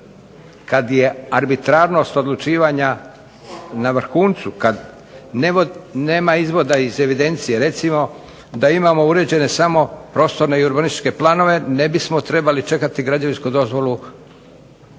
Kad je arbitrarnost odlučivanja na vrhuncu kad nema izvoda iz evidencije, recimo da imamo uređene samo prostorne i urbanističke planove ne bismo trebali čekati građevinsku dozvolu